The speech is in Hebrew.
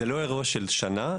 זה לא אירוע של שנה.